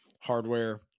hardware